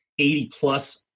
80-plus